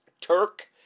Turk